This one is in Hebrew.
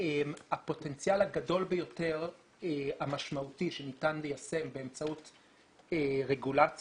הפוטנציאל הגדול ביותר המשמעותי שניתן ליישם באמצעות רגולציה,